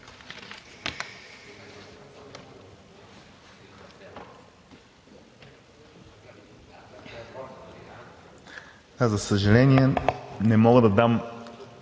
За съжаление, не мога да дам